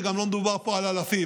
וגם לא מדובר פה על אלפים.